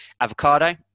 Avocado